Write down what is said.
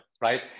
right